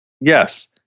Yes